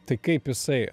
tai kaip jisai